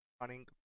running